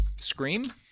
scream